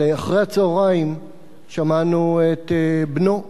אבל אחרי הצהריים שמענו את בנו,